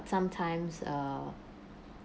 sometimes uh